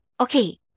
Okay